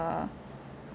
err